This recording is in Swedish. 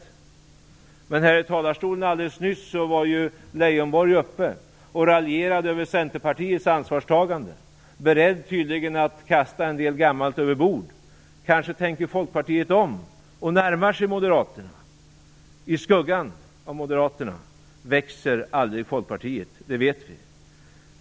Men Leijonborg var uppe i talarstolen alldeles nyss och raljerade över Centerpartiets ansvarstagande, beredd tydligen att kasta en del gammalt över bord. Kanske tänker Folkpartiet om och närmar sig Moderaterna? I skuggan av Moderaterna växer aldrig Folkpartiet, det vet vi.